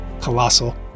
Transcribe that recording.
colossal